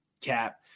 cap